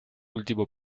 último